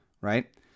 right